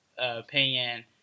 opinion